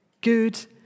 good